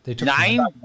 Nine